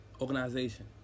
organization